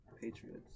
Patriots